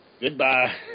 Goodbye